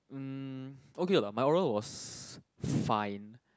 um okay lah my oral was fine